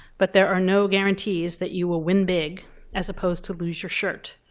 but there are no guarantees that you will win big as opposed to lose your shirt.